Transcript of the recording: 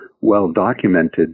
well-documented